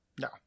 No